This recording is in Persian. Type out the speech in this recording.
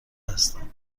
هستم